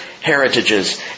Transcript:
heritages